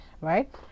right